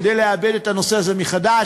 כדי לעבד את הנושא הזה מחדש,